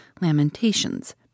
lamentations